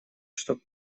что